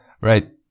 Right